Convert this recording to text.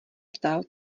ptal